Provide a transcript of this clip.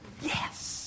Yes